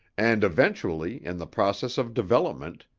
and eventually, in the process of development,